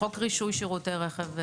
חוק רישוי שירותי רכב.